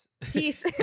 Peace